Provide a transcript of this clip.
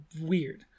weird